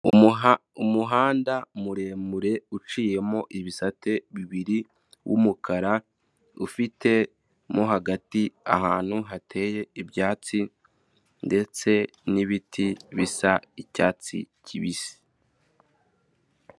Umuhanda muremure uciyemo ibisate bibiri w'umukara, ufite mo hagati ahantu hateye ibyatsi ndetse n'ibiti bisa icyatsi kibisi.